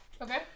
Okay